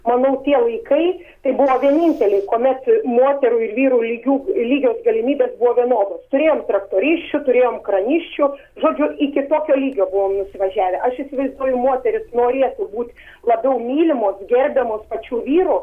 manau tie laikai tai būva vienintelis kuomet moterų vyrų lygių lygios galimybės buvo vienodos turėjom traktoriščių turėjom kranisčių žodžiu iki tokio lygio buvom nusivažiavę aš įsivaizduoju moterys norėtų būt labiau mylimos gerbiamos pačių vyro